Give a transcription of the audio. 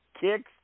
kicks